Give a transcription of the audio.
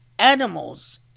animals